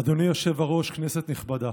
אדוני היושב-ראש, כנסת נכבדה,